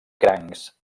crancs